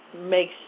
makes